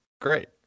Great